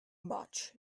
much